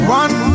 one